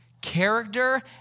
Character